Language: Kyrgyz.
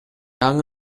жаңы